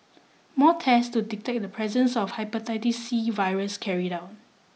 more test to detect the presence of hepatitis C virus carried out